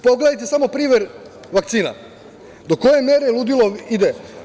Pogledajte samo primer vakcina do koje mere ludilo ide.